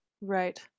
Right